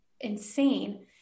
insane